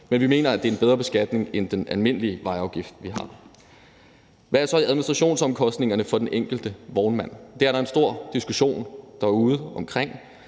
men vi mener, at det er en bedre beskatning end den almindelige vejafgift, vi har. Hvad er så administrationsomkostningerne for den enkelte vognmand? Det er der en stor diskussion omkring